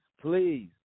please